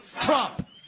Trump